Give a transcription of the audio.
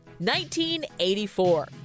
1984